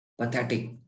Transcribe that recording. pathetic